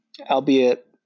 albeit